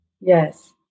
Yes